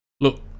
Look